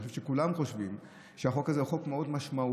אני חושב שכולם חושבים שהחוק הזה הוא חוק מאוד משמעותי